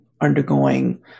undergoing